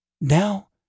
Now